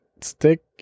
stick